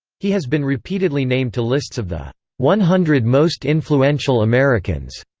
he has been repeatedly named to lists of the one hundred most influential americans,